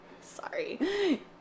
Sorry